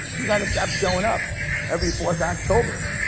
you gotta stop showin' up every fourth october,